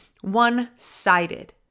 one-sided